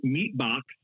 Meatbox